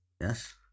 Yes